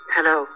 Hello